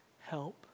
Help